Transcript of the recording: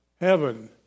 heaven